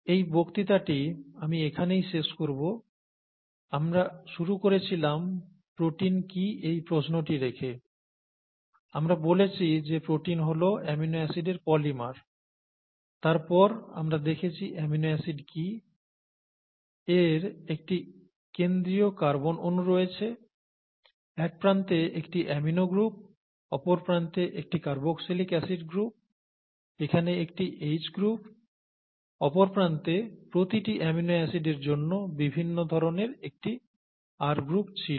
এই বক্তৃতাটি আমি এখানেই শেষ করব আমরা শুরু করেছিলাম প্রোটিন কি এই প্রশ্নটি রেখে আমরা বলেছি যে প্রোটিন হল অ্যামিনো অ্যাসিডের পলিমার তারপর আমরা দেখেছি অ্যামিনো অ্যাসিড কি এর একটি কেন্দ্রীয় কার্বন অনু রয়েছে এক প্রান্তে একটি অ্যামিনো গ্রুপ অপর প্রান্তে একটি কার্বক্সিলিক অ্যাসিড গ্রুপ এখানে একটি H গ্রুপ অপরপ্রান্তে প্রতিটি অ্যামিনো অ্যাসিডের জন্য বিভিন্ন ধরনের একটি R গ্রুপ ছিল